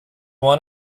want